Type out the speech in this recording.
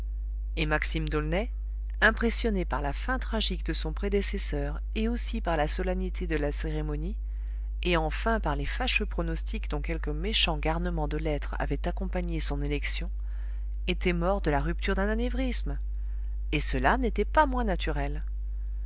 et maxime d'aulnay impressionné par la fin tragique de son prédécesseur et aussi par la solennité de la cérémonie et enfin par les fâcheux pronostics dont quelques méchants garnements de lettres avaient accompagné son élection était mort de la rupture d'un anévrisme et cela n'était pas moins naturel